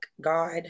God